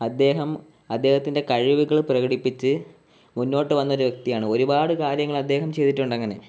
അദ്ദേഹം അദ്ദേഹത്തിൻ്റെ കഴിവുകൾ പ്രകടിപ്പിച്ചു മുന്നോട്ടു വന്നൊരു വ്യക്തിയാണ് ഒരുപാട് കാര്യങ്ങൾ അദ്ദേഹം ചെയ്തിട്ടുണ്ടങ്ങനെ